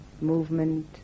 movement